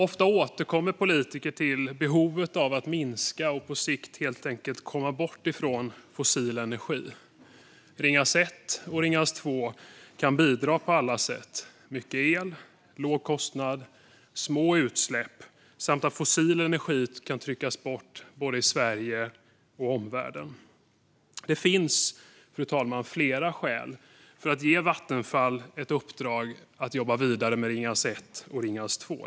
Ofta återkommer politiker till behovet av att minska och på sikt helt enkelt komma bort ifrån fossil energi. Ringhals 1 och 2 kan bidra på alla sätt med mycket el, låg kostnad och små utsläpp samt bidra till att fossil energi kan tryckas bort både i Sverige och i omvärlden. Det finns, fru talman, flera skäl för att ge Vattenfall ett uppdrag att jobba vidare med Ringhals 1 och Ringhals 2.